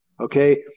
Okay